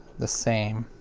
the same.